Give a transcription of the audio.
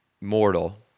mortal